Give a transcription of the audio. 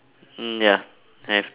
mm ya I have to